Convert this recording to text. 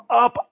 up